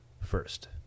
first